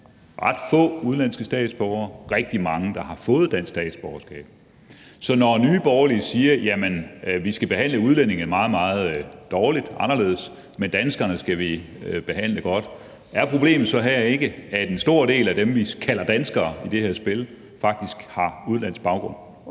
ret få udenlandske statsborgere og rigtig mange, der har fået dansk statsborgerskab. Så når Nye Borgerlige siger, at vi skal behandle udlændinge meget, meget dårligt og anderledes, men at vi skal behandle danskerne godt, er problemet så her ikke, at en stor del af dem, vi kalder danskere i det her spil, faktisk har udenlandsk baggrund?